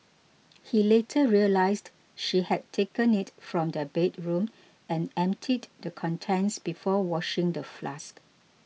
he later realised she had taken it from their bedroom and emptied the contents before washing the flask